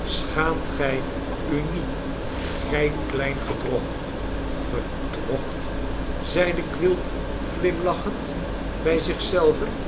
schaamt gij u niet gij klein gedrocht gedrocht zeide quilp glimlachend bij zich zelven